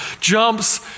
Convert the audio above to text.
jumps